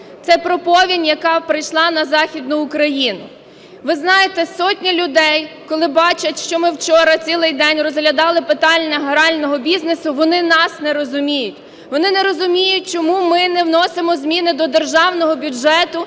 Це про повінь, яка прийшла на Західну Україну. Ви знаєте, сотні людей, коли бачать, що ми вчора цілий день розглядали питання грального бізнесу, вони нас не розуміють. Вони не розуміють, чому ми не вносимо зміни до Державного бюджету